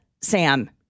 Sam